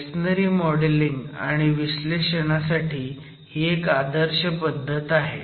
masonry modelling आणि विश्लेषणासाठी ही एक आदर्श पद्धत आहे